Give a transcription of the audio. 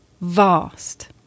vast